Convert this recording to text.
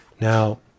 Now